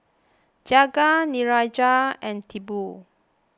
Jagat Niraj and Tipu